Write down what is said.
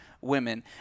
women